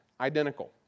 identical